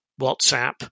WhatsApp